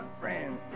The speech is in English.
friend